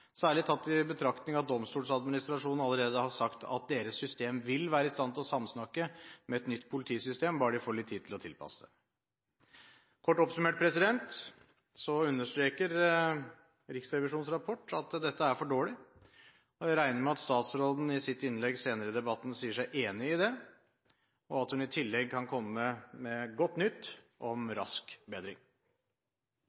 særlig tatt i betraktning at domstolsadministrasjonen allerede har sagt at deres system vil være i stand til å samsnakke med et nytt politisystem, bare de får litt tid til å tilpasse det. Kort oppsummert: Riksrevisjonen understreker i sin rapport at dette er for dårlig, og jeg regner med at statsråden i sitt innlegg senere i debatten sier seg enig i det, og at hun i tillegg kan komme med godt nytt – om